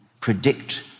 predict